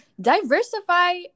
diversify